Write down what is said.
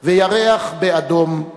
/ וירח באדום /